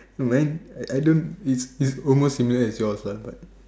then I know it's almost finger at jaws but